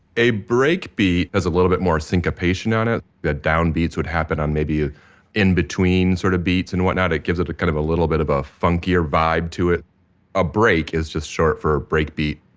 a breakbeat, has a little bit more syncopation on it the down beats would happen on maybe in between sort of beats, and what not. it gives it a kind of a little bit of a funkier vibe to it a break is just short for a breakbeat.